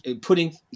putting